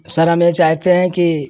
sir हम यह चाहते हैं कि